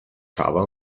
java